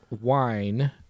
wine